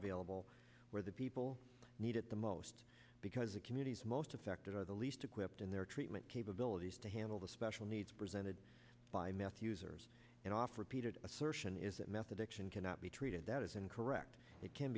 available where the people need it the most because the communities most affected are the least equipped in their treatment capable it is to handle the special needs presented by meth users and off repeated assertion is that meth addiction cannot be treated that is incorrect it can